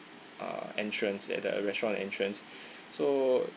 uh entrance at the uh restaurant entrance so